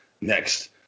Next